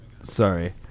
sorry